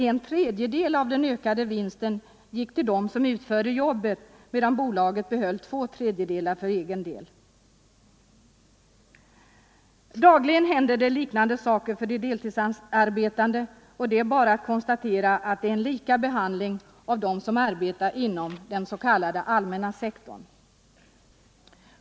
En tredjedel av den ökade vinsten gick till dem som utförde jobbet, medan bolaget behöll två tredjedelar för egen del. Dagligen händer liknande saker för de deltidsarbetande. Det är bara att konstatera att behandlingen är densamma av dem som arbetar inom den s.k. allmänna sektorn.